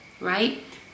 Right